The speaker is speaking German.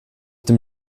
dem